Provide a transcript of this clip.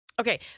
Okay